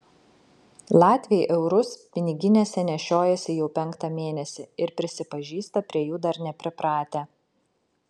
latviai eurus piniginėse nešiojasi jau penktą mėnesį ir prisipažįsta prie jų dar nepripratę